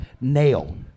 nail